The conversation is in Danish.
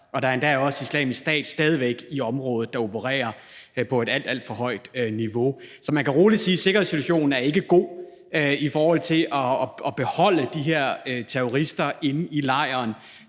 fra de to lejre, og Islamisk Stat er endda stadig væk i området, og de opererer på et alt, alt for højt niveau. Så man kan roligt sige, at sikkerhedssituationen ikke er god i forhold til at beholde de her terrorister inde i lejren,